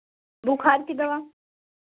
बुखार की दवा